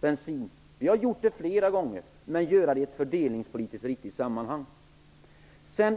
bensin -- det har vi sagt flera gånger -- men göra det i ett fördelningspolitiskt riktigt sammanhang.